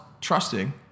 trusting